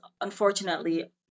unfortunately